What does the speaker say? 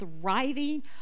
thriving